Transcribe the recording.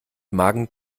magen